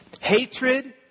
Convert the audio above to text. hatred